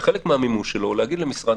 וחלק מהמימוש שלו הוא להגיד למשרד